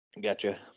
Gotcha